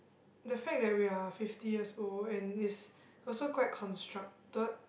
the fact that we're fifty years old and is also quite constructed